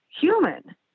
human